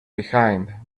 behind